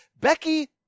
Becky